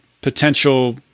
potential